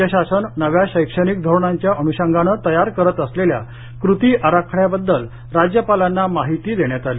राज्य शासन नव्या शैक्षणिक धोरणाच्या अनुषंगाने तयार करत असलेल्या कृती आराखड्याबद्दल राज्यपालांना माहिती देण्यात आली